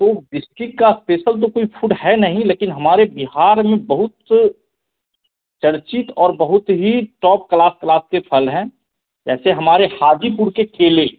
तो डिस्ट्रिक्ट का स्पेसल तो कोई फूड है नहीं लेकिन हमारे बिहार में बहुत चर्चित और बहुत ही टॉप क्लास क्लास के फल हैं जैसे हमारे हाजीपुर के केले